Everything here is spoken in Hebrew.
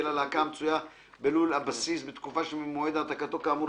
הלהקה המצויה בלול הבסיס בתקופה שממועד העתקתו כאמור